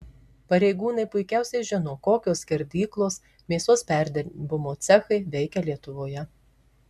pareigūnai puikiausiai žino kokios skerdyklos mėsos perdirbimo cechai veikia lietuvoje